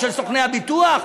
של סוכני הביטוח?